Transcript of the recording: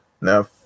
Now